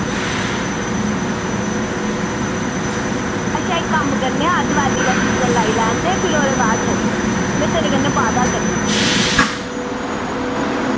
अच्छा इक कम्म करने आं दिवाली दा सीजन लाई लैन दे फिर ओह्दे बाद चलगे मैं तेरे कन्नै वादा करना